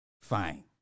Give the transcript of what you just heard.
Fine